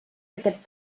aquest